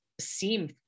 seem